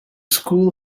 school